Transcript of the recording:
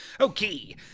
okay